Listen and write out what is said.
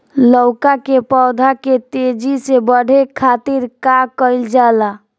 लउका के पौधा के तेजी से बढ़े खातीर का कइल जाला?